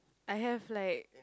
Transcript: I have like